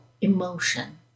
emotion